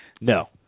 No